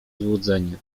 złudzenie